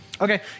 Okay